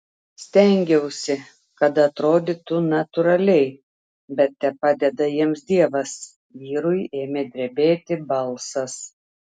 stengiausi kad atrodytų natūraliai bet tepadeda jiems dievas vyrui ėmė drebėti balsas